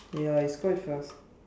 ya it's quite fast